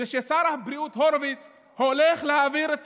זה ששר הבריאות הורוביץ הולך להעביר את